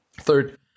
Third